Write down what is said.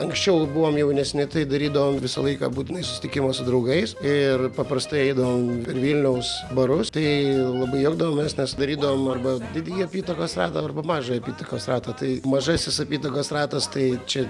anksčiau buvom jaunesni tai darydavom visą laiką būtinai susitikimą su draugais ir paprastai eidavom per vilniaus barus tai labai juokdavomės nes darydavom arba didįjį apytakos ratą arba mažąjį apytakos ratą tai mažasis apytakos ratas tai čia